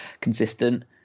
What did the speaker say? consistent